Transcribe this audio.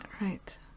Right